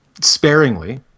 sparingly